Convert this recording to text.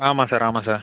ஆமாம் சார் ஆமாம் சார்